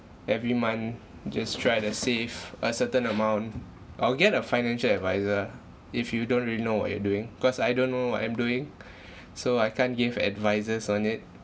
every month just try to save a certain amount or get a financial adviser if you don't really know what you're doing cause I don't know what I'm doing so I can't give advices on it